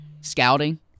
scouting